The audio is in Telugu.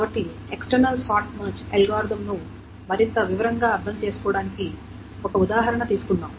కాబట్టి ఎక్స్టెర్నల్ సార్ట్ మెర్జ్ అల్గోరిథంను మరింత వివరంగా అర్థం చేసుకోవడానికి ఒక ఉదాహరణ తీసుకుందాం